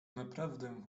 naprawdę